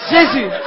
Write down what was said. Jesus